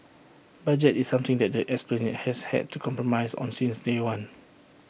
budget is something that the esplanade has had to compromise on since day one